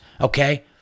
okay